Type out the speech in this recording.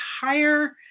higher